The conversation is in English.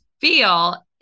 feel